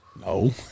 no